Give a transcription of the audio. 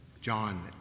John